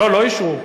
לא אישרו.